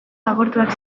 agortuak